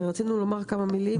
רצינו לומר כמה מילים.